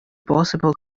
possible